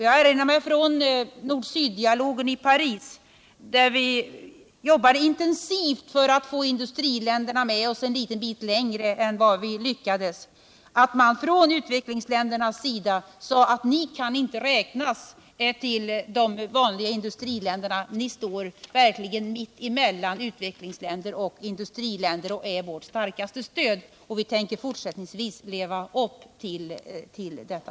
Jag erinrar mig från nordsyddialogen i Paris, där vi jobbade intensivt för att få industriländerna med oss en bit längre än vad vi lyckades med, att man från u-ländernas sida sade att ”ni kan inte räknas till de vanliga industriländerna, ni står verkligen mitt emellan u-länder och i-länder och är vårt starkaste stöd”. Vi tänker fortsättningsvis leva upp till detta,